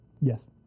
Yes